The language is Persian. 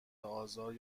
آزار